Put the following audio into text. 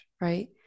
right